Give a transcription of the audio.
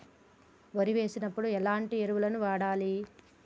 వరి వేసినప్పుడు ఎలాంటి ఎరువులను వాడాలి?